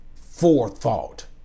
forethought